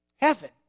Heaven